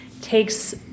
takes